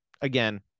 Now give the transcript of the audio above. again